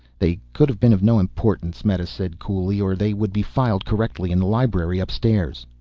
they could have been of no importance, meta said coolly, or they would be filed correctly in the library upstairs.